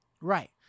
Right